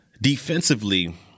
defensively